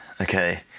okay